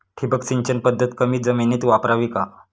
ठिबक सिंचन पद्धत कमी जमिनीत वापरावी का?